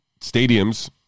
stadiums